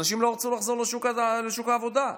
אנשים לא רצו לחזור לשוק הזה לשוק העבודה.